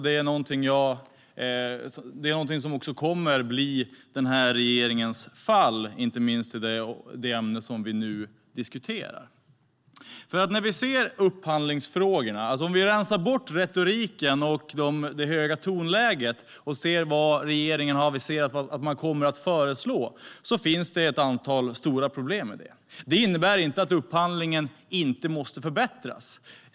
Det är också någonting som kommer att bli regeringens fall inte minst i det ämne som vi nu diskuterar. Vi kan se på upphandlingsfrågorna. Om vi rensar bort retoriken och det höga tonläget och ser på vad regeringen har aviserat vad den kommer att föreslå finns det ett antal stora problem med det. Det innebär inte att upphandlingen inte måste förbättras.